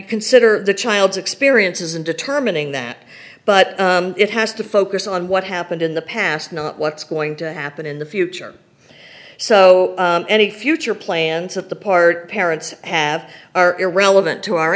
consider the child's experiences in determining that but it has to focus on what happened in the past not what's going to happen in the future so any future plans that the part parents have are irrelevant to our